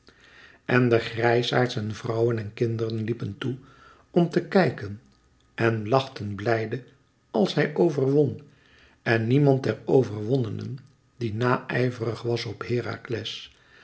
en de grijsaards en vrouwen en kinderen liepen toe om te kijken en lachten blijde als hij overwon en niemand der overwonnenen die naijverig was op herakles